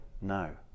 No